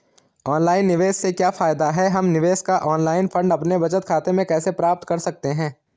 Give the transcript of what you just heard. Online निवेश से क्या फायदा है हम निवेश का ऑनलाइन फंड अपने बचत खाते में कैसे प्राप्त कर सकते हैं?